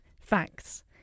facts